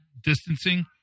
distancing